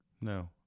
No